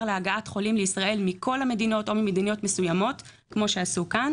להגעת חולים לישראל מכל המדינות או ממדינות מסוימות כמו שעשו כאן